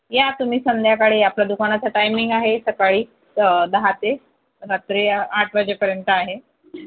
या तुम्ही संध्याकाळी या आपलं दुकानाचा टाईमिंग आहे सकाळी दहा ते रात्री आठ वाजेपर्यंत आहे